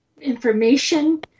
information